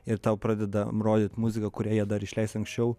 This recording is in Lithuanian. ir tau pradeda rodyt muziką kurią jie dar išleis anksčiau